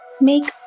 make